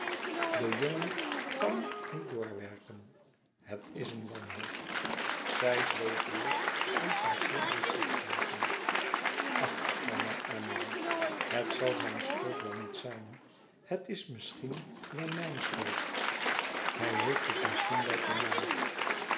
de jongen kàn niet doorwerken het is een wanhoop zij zweeg weêr en cecile bleef ook zwijgen ach hernam amélie het zal zijn schuld wel niet zijn het is misschien wel mijn schuld hij heeft het misschien wel van mij